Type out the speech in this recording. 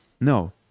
No